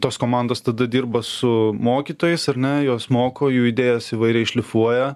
tos komandos tada dirba su mokytojais ar ne jos moko jų idėjas įvairiai šlifuoja